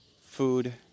food